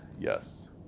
yes